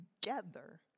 together